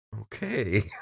Okay